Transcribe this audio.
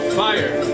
fire